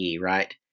right